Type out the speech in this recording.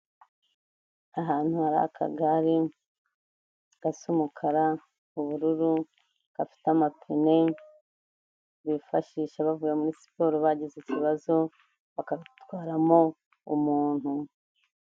Ahantu hari akagare gasa umukara, ubururu gafite amapine bifashisha bavuye muri siporo, bagize ikibazo bakatwaramo umuntu.